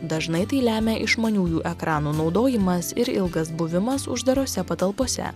dažnai tai lemia išmaniųjų ekranų naudojimas ir ilgas buvimas uždarose patalpose